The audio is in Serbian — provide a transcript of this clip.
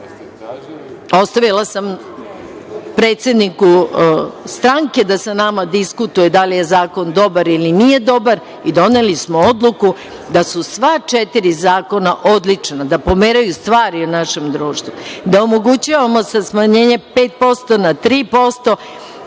Ostavila sam predsedniku stranke da sa nama diskutuje da li je zakon dobar ili nije dobar i doneli smo odluku da su sva četiri zakona odlična, da pomeraju stvari u našem društvu, da omogućavamo sa smanjenjem od 5% na 3%